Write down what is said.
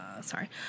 Sorry